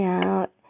out